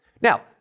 Now